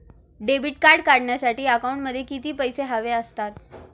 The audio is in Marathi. डेबिट कार्ड काढण्यासाठी अकाउंटमध्ये किती पैसे हवे असतात?